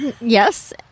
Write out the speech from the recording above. Yes